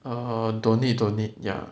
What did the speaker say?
uh don't need don't need ya